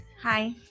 hi